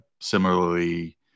similarly